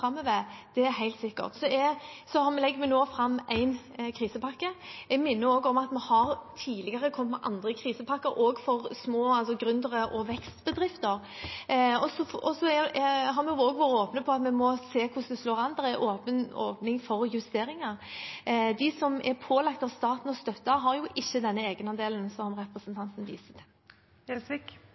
framover – det er helt sikkert. Vi legger nå fram én krisepakke. Jeg minner om at vi tidligere har kommet med andre krisepakker – også for små gründere og vekstbedrifter. Vi har også vært åpne om at vi må se på hvordan det slår an, og at det er åpning for justeringer. De som er pålagt av staten å stenge, har jo ikke den egenandelen som representanten viser til.